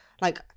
like-